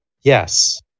Yes